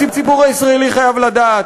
הציבור הישראלי חייב לדעת: